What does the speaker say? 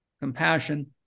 compassion